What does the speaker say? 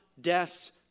death's